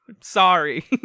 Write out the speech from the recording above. Sorry